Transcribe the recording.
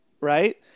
right